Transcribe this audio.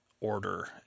order